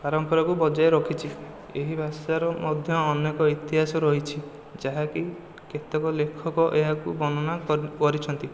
ପରମ୍ପରାକୁ ବଜାୟ ରଖିଛି ଏହି ଭାଷାରେ ମଧ୍ୟ ଅନେକ ଇତିହାସ ରହିଛି ଯାହାକି କେତେକ ଲେଖକ ଏହାକୁ ବର୍ଣ୍ଣନା କରି କରିଛନ୍ତି